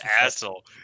asshole